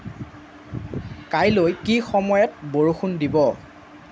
কাইলৈ কি সময়ত বৰষুণ দিব